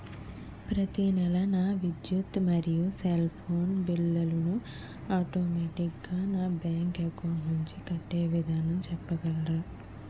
ప్రతి నెల నా విద్యుత్ మరియు సెల్ ఫోన్ బిల్లు ను ఆటోమేటిక్ గా నా బ్యాంక్ అకౌంట్ నుంచి కట్టే విధానం చెప్పగలరా?